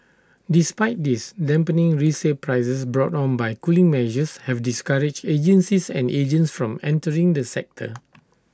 despite this dampening resale prices brought on by cooling measures have discouraged agencies and agents from entering the sector